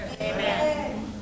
Amen